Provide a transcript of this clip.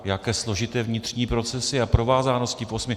Jaké složité vnitřní procesy a provázanosti v osmi?